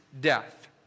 death